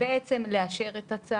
הסמכות היא בעצם לאשר את הצו